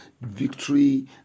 victory